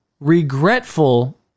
regretful